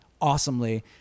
awesomely